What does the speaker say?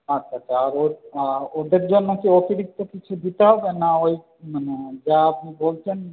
আচ্ছা আচ্ছা আর ওদের জন্য কি অতিরিক্ত কিছু দিতে হবে না ওই মানে যা আপনি বলছেন